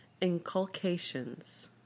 inculcations